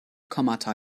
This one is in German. kommata